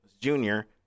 junior